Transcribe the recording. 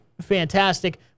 fantastic